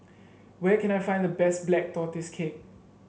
where can I find the best Black Tortoise Cake